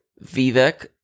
Vivek